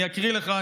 אני אקריא לך,